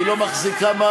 כי היא לא מחזיקה מים,